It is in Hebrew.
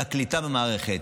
על הקליטה למערכת.